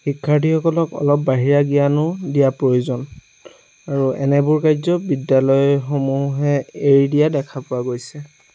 শিক্ষাৰ্থীসকলক অলপ বাহিৰা জ্ঞানো দিয়াৰ প্ৰয়োজন আৰু এনেবোৰ কাৰ্য্য বিদ্যালয়সমূহে এৰি দিয়া দেখা পোৱা গৈছে